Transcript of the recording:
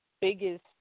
biggest